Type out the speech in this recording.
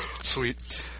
Sweet